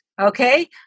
okay